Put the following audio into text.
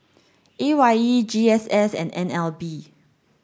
A Y E G S S and N L B